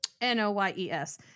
n-o-y-e-s